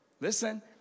Listen